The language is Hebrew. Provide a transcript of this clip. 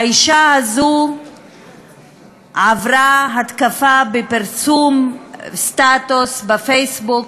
האישה הזאת עברה התקפה בפרסום סטטוס בפייסבוק,